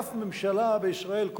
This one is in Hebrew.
אף ממשלה בישראל,